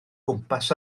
gwmpas